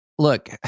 Look